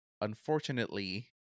unfortunately